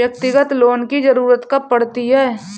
व्यक्तिगत लोन की ज़रूरत कब पड़ती है?